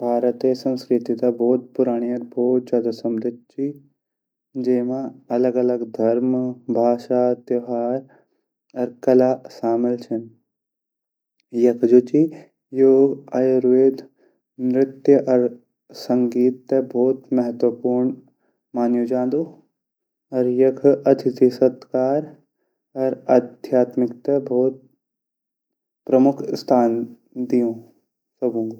भारते संस्कृरति ता भोत ज़्यादा पुराणी अर भोत समृद्ध ची जेमा अलग-अलग धर्म, भाषा, त्यहार अर कला शामिल छिन यख जु ची योग, आयुर्वेद, नृत्य अर सनगीत ते भोत महत्वपूर्ण मान्यो जांदू अर यख अथिति सत्कारफ अर आध्यात्मिकता ते प्रामुह स्थान दियू सबुकु।